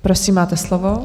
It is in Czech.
Prosím, máte slovo.